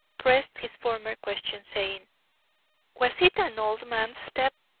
pressed his former question, saying was it an old man's step?